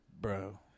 bro